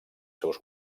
seus